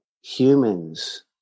humans